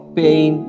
pain